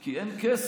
כי אין כסף.